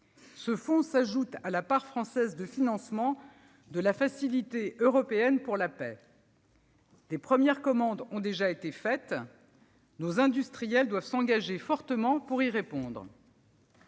Ce fonds s'ajoute à la part française de financement de la Facilité européenne pour la paix. Les premières commandes ont déjà été passées. Nos industriels doivent s'engager fortement pour y répondre.